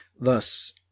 Thus